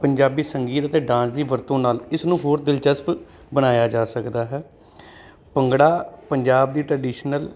ਪੰਜਾਬੀ ਸੰਗੀਤ ਅਤੇ ਡਾਂਸ ਦੀ ਵਰਤੋਂ ਨਾਲ ਇਸ ਨੂੰ ਹੋਰ ਦਿਲਚਸਪ ਬਣਾਇਆ ਜਾ ਸਕਦਾ ਹੈ ਭੰਗੜਾ ਪੰਜਾਬ ਦੀ ਟਰਡੀਸ਼ਨਲ